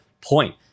point